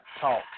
talk